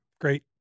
great